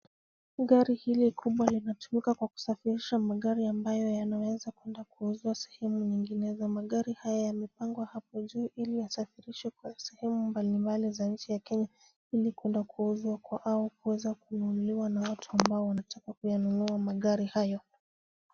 Gari hili kubwa linatumika kwa kusafirisha magari ambayo yanaweza kuenda kuuzwa sehemu nyingine. Magari haya yamepangwa hapo juu ili yasafirishwe kwa sehemu mbalimbali za nchi ya Kenya ili kuenda kuuzwa au kuweza kununuliwa na watu ambao wanataka kuyanunua magari hayo.